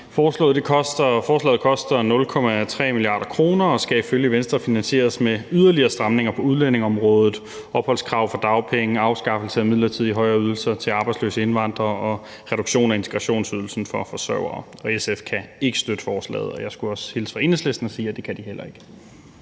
Forslaget koster 0,3 mia. kr. og skal ifølge Venstre finansieres med yderligere stramninger på udlændingeområdet, opholdskrav for dagpenge, afskaffelse af midlertidige højere ydelser til arbejdsløse indvandrere og en reduktion af integrationsydelsen for forsørgere. SF kan ikke støtte forslaget, og jeg skulle også hilse fra Enhedslisten og sige, at det kan de heller ikke.